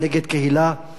בצורה מופקרת,